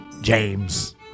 James